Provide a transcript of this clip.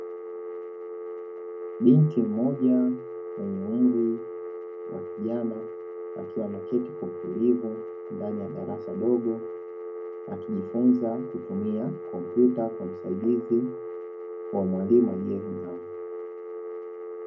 Kikundi cha watu wa makusanyiko mchumba maalum katika meza na vyeti wako katika meza hizo kuna makaratasi na madaftari yaliyoko katika meza hiyo, mape ikionekana mtu mmoja ambaye amesimama mbele yao akiwa na maelekezo na kutoa maarifa juu ya jambo fulani.